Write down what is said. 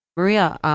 maria,